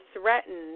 threatened